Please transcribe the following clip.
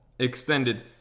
Extended